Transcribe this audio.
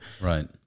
Right